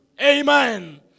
Amen